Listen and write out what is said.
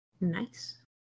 Nice